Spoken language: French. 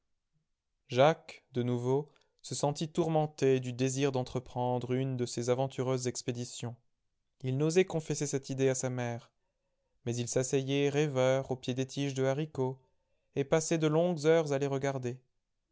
jacques de nouveau se sentit tourmenté du désir d'entreprendre une de ses aventureuses expéditions il n'osait confesser cette idée à sa mère mais il s'asseyait rêveur au pied des tiges de haricots et passait de longues heures à les regarder